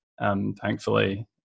thankfully